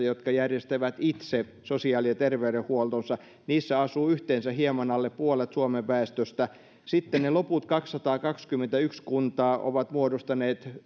jotka järjestävät itse sosiaali ja terveydenhuoltonsa niissä asuu yhteensä hieman alle puolet suomen väestöstä sitten ne loput kaksisataakaksikymmentäyksi kuntaa ovat muodostaneet